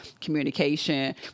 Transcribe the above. communication